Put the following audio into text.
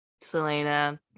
selena